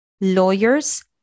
lawyers